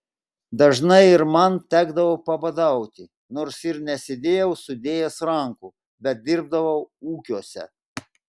dažnai ir man tekdavo pabadauti nors ir nesėdėjau sudėjęs rankų bet dirbdavau ūkiuose